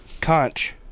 Conch